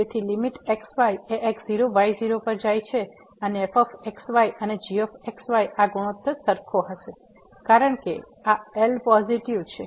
તેથી limit x y એ x0 y0 પર જાય છે અને fx y અને gx y આ ગુણોત્તર સરખો હશે કારણકે આ L પોઝીટીવ છે